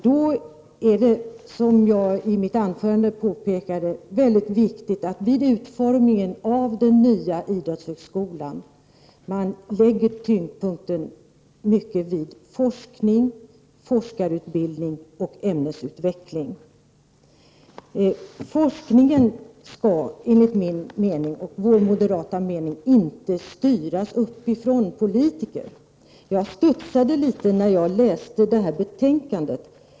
Det är, som jag påpekade i mitt anförande, mycket viktigt att man vid utformningen av den nya Idrottshögskolan lägger mycket av tyngdpunkten vid forskning, forskarutbildning och ämnesutveckling. Forskningen skall enligt min och moderaternas mening inte styras uppifrån av politiker. Jag studsade litet när jag läste detta betänkande.